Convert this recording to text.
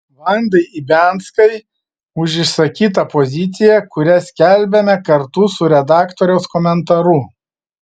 vandai ibianskai už išsakytą poziciją kurią skelbiame kartu su redaktoriaus komentaru